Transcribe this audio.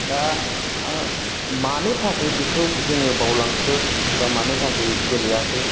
दा ओ मानो थाखाय बेखौ जोङो बावलांखो बा मानो थाखाय गेलेयासै